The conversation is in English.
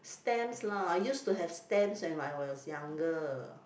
stamps lah I used to have stamps when I was younger